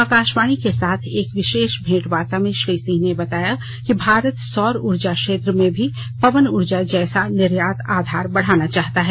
आकाशवाणी के साथ एक विशेष भेंटवार्ता में श्री सिंह ने बताया कि भारत सौर ऊर्जा क्षेत्र में भी पवन ऊर्जा के जैसा निर्यात आधार बढ़ाना चाहता है